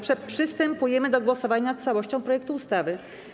Przystępujemy do głosowania nad całością projektu ustawy.